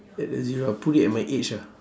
add a zero I'll put it at my age ah